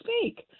speak